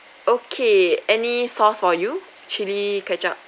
okay any sauce for you chilli ketchup